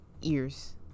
ears